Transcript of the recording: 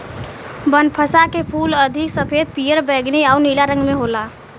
बनफशा के फूल अधिक सफ़ेद, पियर, बैगनी आउर नीला रंग में होला